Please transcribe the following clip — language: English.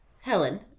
Helen